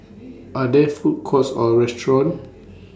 Are There Food Courts Or restaurants